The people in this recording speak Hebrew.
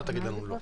אל תגיד לנו לא.